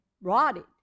rotted